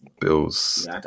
Bills